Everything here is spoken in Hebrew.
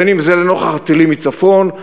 בין אם זה לנוכח הטילים מצפון,